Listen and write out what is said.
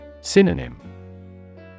Synonym